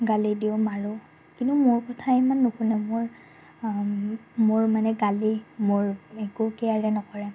গালি দিওঁ মাৰোঁ কিন্তু মোৰ কথা ইমান নুশুনে মোৰ মোৰ মানে গালি মোৰ একো কেয়াৰে নকৰে